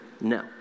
no